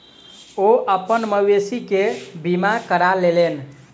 ओ अपन मवेशी के बीमा करा लेलैन